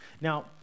Now